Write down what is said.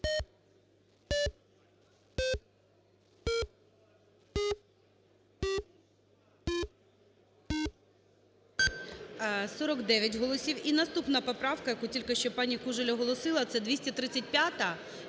За-49 І наступна поправка, яку тільки що пані Кужель оголосила, - це 235.